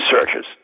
researchers